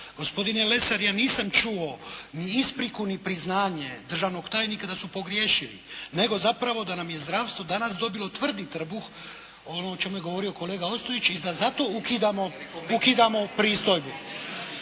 Gospodine Lesar ja nisam čuo ni ispriku ni priznanje državnog tajnika da su pogriješili, nego zapravo da nam je zdravstvo danas dobilo tvrdi trbuh, ono o čemu je govorio kolega Ostojić i da zato ukidamo, ukidamo pristojbu.